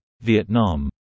vietnam